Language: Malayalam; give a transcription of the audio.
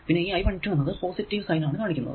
പിന്നെ ഈ I 12 എന്നത് പോസിറ്റീവ് സൈൻ ആണ് കാണിക്കുന്നത്